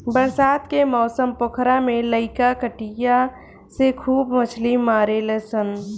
बरसात के मौसम पोखरा में लईका कटिया से खूब मछली मारेलसन